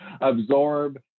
absorb